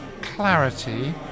clarity